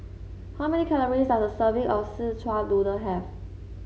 how many calories does a serving of Szechuan Noodle have